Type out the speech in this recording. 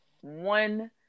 one